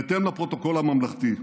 בהתאם לפרוטוקול הממלכתי.